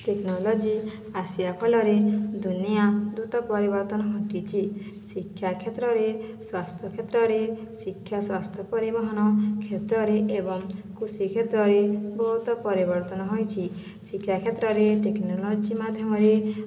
technology ଆସିବା ଫଳରେ ଦୁନିଆଁ ଦ୍ରୁତ ପରିବର୍ତ୍ତନ ଘଟିଛି ଶିକ୍ଷା କ୍ଷେତ୍ରରେ ସ୍ୱାସ୍ଥ୍ୟ କ୍ଷେତ୍ରରେ ଶିକ୍ଷା ସ୍ୱାସ୍ଥ୍ୟ ପରିବହନ କ୍ଷେତ୍ରରେ ଏବଂ କୃଷି କ୍ଷେତ୍ରରେ ବହୁତ ପରିବର୍ତ୍ତନ ହୋଇଛି ଶିକ୍ଷା କ୍ଷେତ୍ରରେ ଟେକ୍ନୋଲୋଜି ମାଧ୍ୟମରେ